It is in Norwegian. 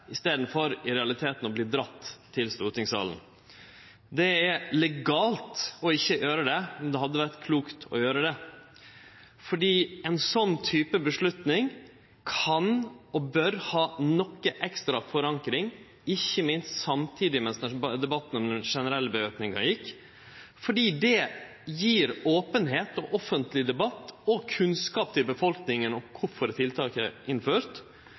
i staden for i realiteten å verte dregen til stortingssalen. Det er legalt ikkje å gjere det, men det hadde vore klokt å gjere det. Ein sånn type beslutning kan og bør ha ei ekstra forankring, ikkje minst samtidig med at debatten om den generelle væpninga gjekk, fordi det gjev openheit, offentleg debatt og kunnskap til befolkninga om kvifor tiltak er